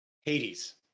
Hades